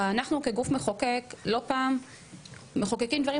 אנחנו כגוף מחוקק לא פעם מחוקקים דברים